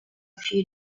few